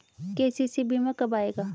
KCC बीमा कब आएगा?